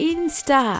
Insta